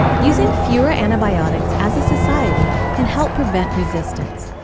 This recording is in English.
using fewer antibiotics as a society can help prevent resistance,